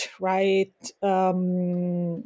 right